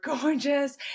gorgeous